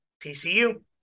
TCU